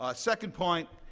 ah second point.